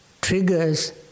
triggers